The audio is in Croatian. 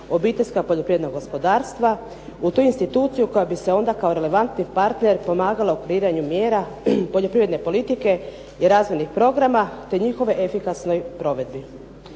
obiteljska poljoprivredna gospodarstva u tu instituciju koja bi se onda kao relevantni partner pomagalo u kreiranju mjera poljoprivredne politike i razvojnih programa te njihovoj efikasnoj provedbi.